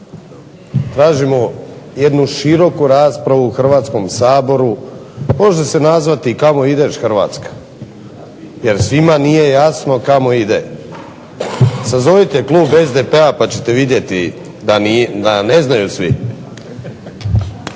Tražimo jednu široku raspravu u Hrvatskom saboru može se nazvati kamo ideš Hrvatska jer svima nije jasno kamo ide. Sazovite klub SDP-a pa ćete vidjeti da ne znaju svi.